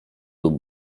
lub